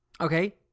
Okay